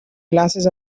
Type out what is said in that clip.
glasses